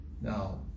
now